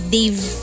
Dave